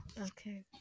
Okay